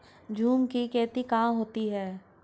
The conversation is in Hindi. झूम की खेती कहाँ होती है?